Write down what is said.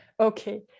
Okay